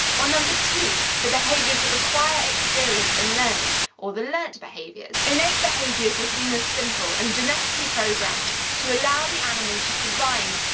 or number two the behaviours that require experience and learning or the learnt behaviours. innate behaviours were seen as simple. and genetically programmed to allow the animal to survive.